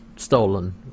stolen